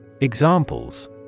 Examples